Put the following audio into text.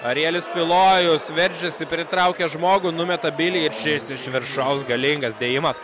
arielis filojus veržiasi pritraukia žmogų numeta bilį šis iš viršaus galingas dėjimas